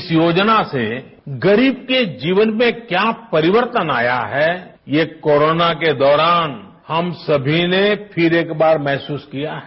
इस योजना से गरीब के जीवन में क्या परिवर्तन आया है ये कोरोना के दौरान हम सभी ने फिर एक बार महसूस किया है